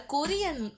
Korean